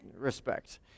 respect